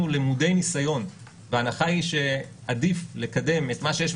למודי ניסיון וההנחה היא שעדיף לקדם את מה שיש,